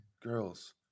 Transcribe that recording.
girls